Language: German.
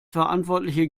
verantwortliche